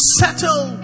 settle